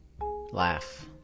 laugh